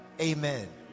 amen